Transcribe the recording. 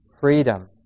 freedom